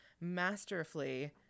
masterfully